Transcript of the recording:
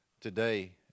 today